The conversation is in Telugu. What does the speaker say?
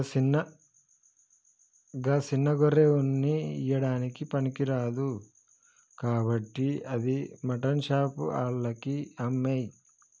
గా సిన్న గొర్రె ఉన్ని ఇయ్యడానికి పనికిరాదు కాబట్టి అది మాటన్ షాప్ ఆళ్లకి అమ్మేయి